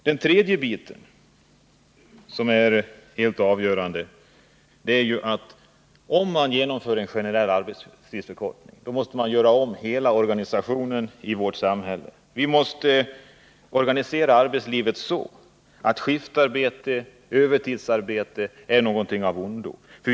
Ett tredje skäl som är helt avgörande är att om man genomför en generell arbetstidsförkortning, måste man göra om hela organisationen i vårt samhälle. Vi måste organisera arbetslivet så att skiftarbete, övertidsarbete, betraktas som något som är av ondo.